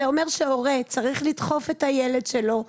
זה אומר שהורה צריך לדחוף את הילד שלו,